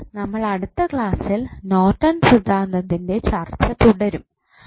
അപ്പോൾ നമ്മൾ അടുത്ത ക്ലാസ്സിൽ നോർട്ടൺ സിദ്ധാന്തത്തിൻറെ ചർച്ച തുടരും